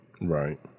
Right